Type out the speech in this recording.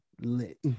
lit